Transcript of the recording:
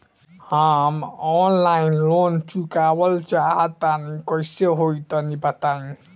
हम online loan चुकावल चाहऽ तनि कइसे होई तनि बताई?